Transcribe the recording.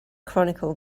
chronicle